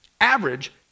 average